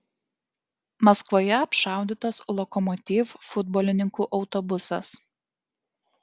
maskvoje apšaudytas lokomotiv futbolininkų autobusas